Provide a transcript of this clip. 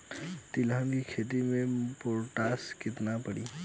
तिलहन के खेती मे पोटास कितना पड़ी?